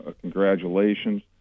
congratulations